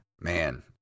Man